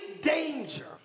danger